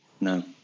No